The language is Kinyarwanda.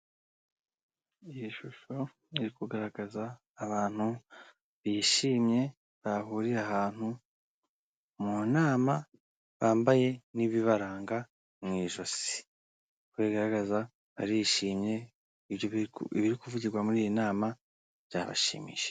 Iyi shusho iri kugaragaza abantu bishimye bahuriye ahantu mu nama bambaye n'ibibaranga mu ijosi ko rigaragaza arishimye ibiri kuvugirwa muri iyi nama byabashimishije.